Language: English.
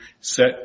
set